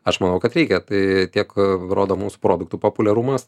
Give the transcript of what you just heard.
aš manau kad reikia tai tiek rodo mūsų produktų populiarumas